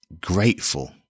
grateful